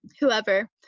whoever